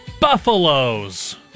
Buffaloes